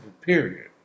period